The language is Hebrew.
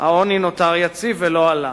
העוני נותר יציב ולא עלה.